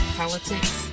politics